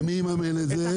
ומי יממן את זה?